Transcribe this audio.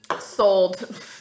Sold